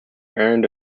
earned